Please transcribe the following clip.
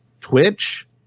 Twitch